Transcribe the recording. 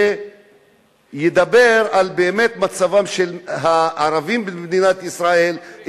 שידבר באמת על מצבם של הערבים במדינת ישראל,